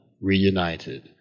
reunited